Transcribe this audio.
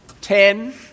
Ten